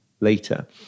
later